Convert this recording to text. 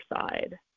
side